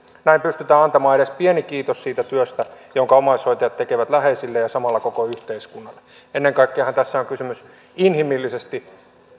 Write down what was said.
näin pystytään antamaan edes pieni kiitos siitä työstä jonka omaishoitajat tekevät läheisilleen ja samalla koko yhteiskunnalle ennen kaikkeahan tässä on kysymys inhimillisesti